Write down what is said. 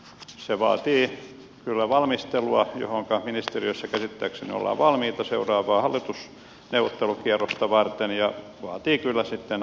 se vaatii kyllä valmistelua johonka ministeriössä käsittääkseni ollaan valmiita seuraavaa hallitusneuvottelukierrosta varten ja vaatii kyllä sitten hallitusneuvottelutasoisen linjauksen